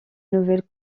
nouvelles